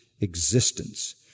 existence